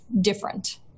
different